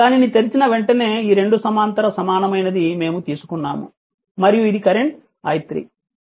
దానిని తెరిచిన వెంటనే ఈ రెండు సమాంతర సమానమైనది మేము తీసుకున్నాము మరియు ఇది కరెంట్ i3